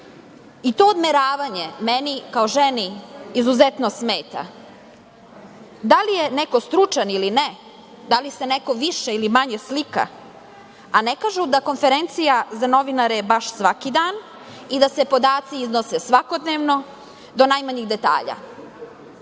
i to odmeravanje meni kao ženi izuzetno smeta, da li je neko stručan ili ne, da li se neko više ili manje slika, a ne kažu da konferencija za novinare je baš svaki dan i da se podaci iznose svakodnevno do najmanjih detalja. Da